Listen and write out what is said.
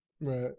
Right